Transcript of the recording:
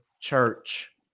church